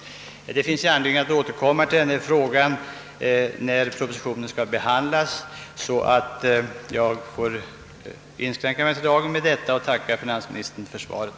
Det finns anledning att återkomma till frågan när propositionen skall behandlas. Jag ber än en gång att få tacka finansministern för svaret.